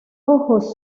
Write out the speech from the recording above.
ojos